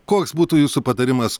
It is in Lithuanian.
koks būtų jūsų patarimas